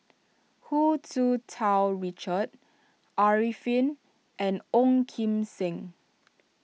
Hu Tsu Tau Richard Arifin and Ong Kim Seng